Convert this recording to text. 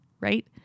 right